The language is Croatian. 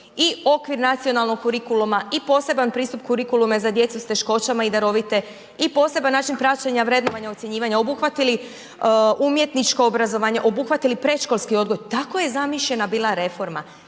i okvir nacionalnog kurikuluma i poseban pristup kurikuluma za djecu s teškoćama i darovite i poseban način praćenja vrednovanja ocjenjivanja, obuhvatili umjetničko obrazovanje, obuhvatili predškolski odgoj, tako je bila zamišljena reforma.